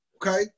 Okay